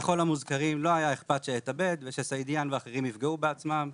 לכל המוזכרים לא היה אכפת שאתאבד ושסעידיאן ואחרים יפגעו בעצמם,